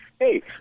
Hey